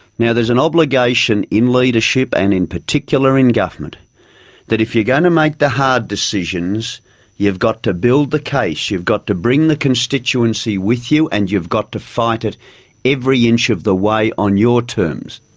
yeah there is an obligation in leadership and in particular in government that if you're going to make the hard decisions you've got to build the case, you've got to bring the constituency with you, and you've got to fight it every inch of the way on your terms.